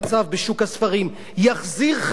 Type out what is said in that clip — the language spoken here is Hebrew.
יחזיר חלק מהרווחים אחורה,